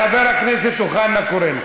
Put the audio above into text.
חברי הכנסת אוחנה וקורן,